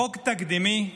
חוק תקדימי,